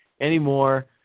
anymore